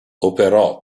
operò